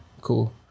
Cool